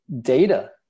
data